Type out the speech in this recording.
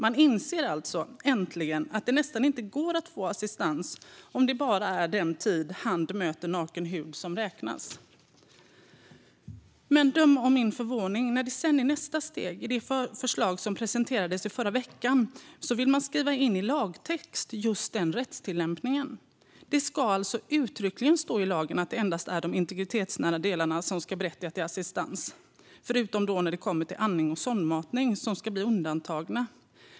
Man inser alltså äntligen att det nästan inte går att få assistans om det är bara den tid som hand möter naken hud som räknas. Döm om min förvåning när man i nästa steg, i det förslag som presenterades i förra veckan, vill skriva in just denna rättstillämpning i lagtext. Det ska alltså uttryckligen stå i lagen att det endast är de integritetsnära delarna som ska berättiga till assistans, förutom när det kommer till andning och sondmatning som ska bli undantagna.